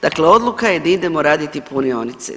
Dakle, odluka je da idemo raditi punionice.